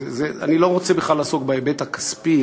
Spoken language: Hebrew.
אני לא רוצה בכלל לעסוק בהיבט הכספי,